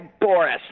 Boris